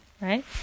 right